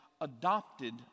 adopted